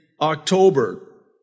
October